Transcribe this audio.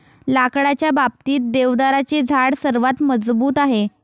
लाकडाच्या बाबतीत, देवदाराचे झाड सर्वात मजबूत आहे